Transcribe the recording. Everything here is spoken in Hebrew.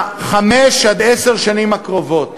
בחמש עד עשר השנים הקרובות